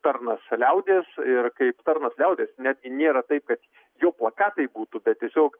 tarnas liaudies ir kaip tarnas liaudies netgi nėra taip kad jo plakatai būtų tiesiog